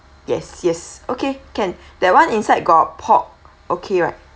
yes yes okay can that one inside got pork okay right